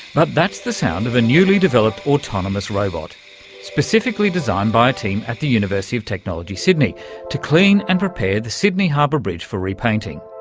but that's the sound of a newly-developed autonomous robot specifically designed by a team at the university of technology sydney to clean and prepare the sydney harbour bridge for repainting.